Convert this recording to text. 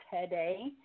today